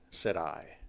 said i.